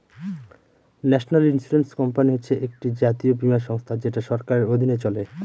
national insurance company হচ্ছে একটি জাতীয় বীমা সংস্থা যেটা সরকারের অধীনে চলে